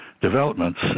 developments